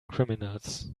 criminals